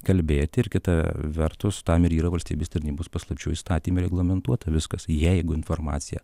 kalbėti ir kita vertus tam ir yra valstybės tarnybos paslapčių įstatyme reglamentuota viskas jeigu informacija